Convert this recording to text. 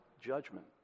judgment